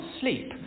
sleep